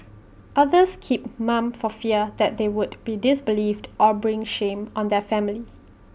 others keep mum for fear that they would be disbelieved or bring shame on their family